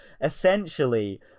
essentially